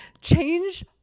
change